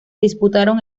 disputaron